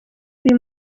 uyu